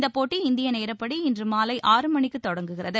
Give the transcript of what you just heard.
இந்தப்போட்டி இந்தியநேரப்படி இன்று மாலை ஆறு மணிக்கு தொடங்குகிறது